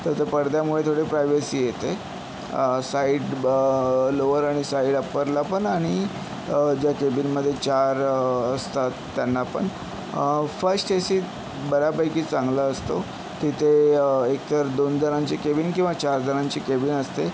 तर त्या पडद्यामुळे थोडी प्रायव्हसी येते साईड ब लोअर आणि साईड अप्परला पण आणि ज्या केबिनमध्ये चार असतात त्यांना पण फर्स्टचे सीट बऱ्यापैकी चांगला असतो तिथे एक तर दोन जणांची केबिन किंवा चार जणांची केबिन असते